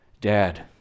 Dad